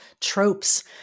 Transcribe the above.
tropes